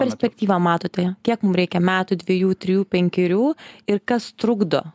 perspektyvą matote kiek mum reikia metų dvejų trijų penkerių ir kas trukdo